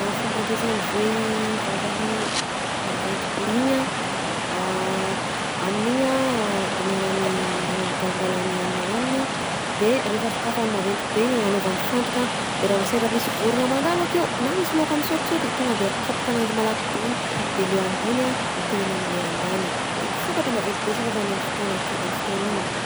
Fomba ampiasan'ny voay vavany maventy be igny a: amin'igny a ihinanany angalangalany hanina hohanina a, de rehefa sokafany maventy be igny agnanaovany fandrika; de raha vao sendra misy vorogna mandalo akeo na misy laoka misaotisaoty, tonga de akapoka ananjy malaky be igny de le ambony a mitehina amy le ambany, de misokatra maventy be si vavany amy fotoana ake amy fotoana igny.